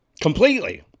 completely